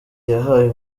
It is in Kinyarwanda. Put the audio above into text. yahaye